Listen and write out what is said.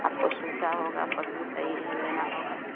आपको सुविधा होगी फसल से है लेना होगा